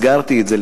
ומסגרתי את זה,